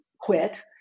quit